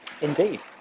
Indeed